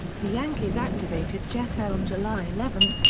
the yankees activated jeter on july eleven,